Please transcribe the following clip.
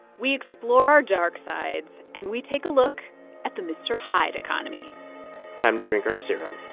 we explore our dark sides, and we take a look at the mr. hyde economy time to drink our serum